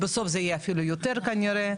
ובסוף זה יהיה אפילו יותר כנראה.